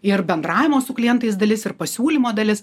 ir bendravimo su klientais dalis ir pasiūlymo dalis